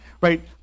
right